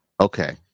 Okay